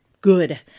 good